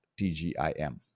tgim